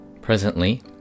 Presently